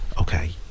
Okay